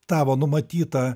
tavo numatytą